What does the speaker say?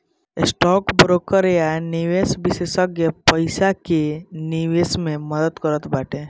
stock broker या निवेश विषेशज्ञ पईसा के निवेश मे मदद करत बाटे